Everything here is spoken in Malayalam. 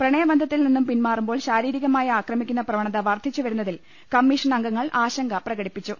പ്രണയബന്ധത്തിൽ നിന്നും പിൻമാറുമ്പോൾ ശാരീരികമായി ആക്രമിക്കുന്ന പ്രവണത വർദ്ധിച്ചു വരുന്നതിൽ കമ്മീഷൻ അംഗ ങ്ങൾ ആശങ്ക പ്രകടിപ്പിച്ചു